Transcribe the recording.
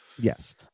Yes